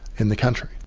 in the country.